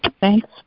Thanks